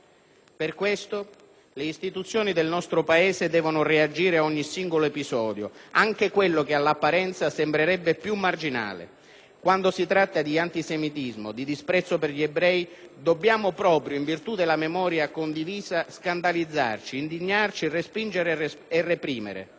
Per questo, le istituzioni del nostro Paese devono reagire a ogni singolo episodio, anche quello che all'apparenza sembrerebbe più marginale. Quando si tratta di antisemitismo, di disprezzo per gli ebrei, dobbiamo proprio in virtù della memoria condivisa, scandalizzarci, indignarci, respingere e reprimere.